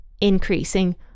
increasing